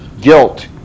guilt